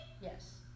Yes